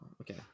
okay